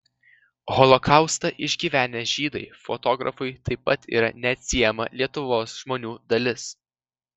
holokaustą išgyvenę žydai fotografui taip pat yra neatsiejama lietuvos žmonių dalis